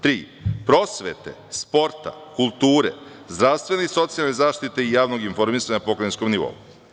Tri, prosvete, sporta, kulture, zdravstvene i socijalne zaštite i javnog informisanja na pokrajinskom nivou.